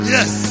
Yes